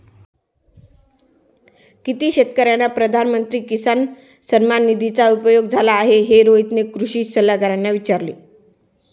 किती शेतकर्यांना प्रधानमंत्री किसान सन्मान निधीचा उपयोग झाला आहे, हे रोहितने कृषी सल्लागारांना विचारले